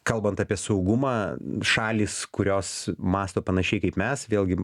kalbant apie saugumą šalys kurios mąsto panašiai kaip mes vėlgi